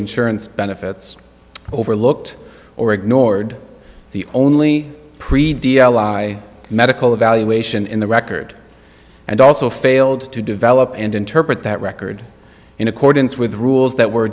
insurance benefits overlooked or ignored the only medical evaluation in the record and also failed to develop and interpret that record in accordance with rules that were